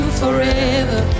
forever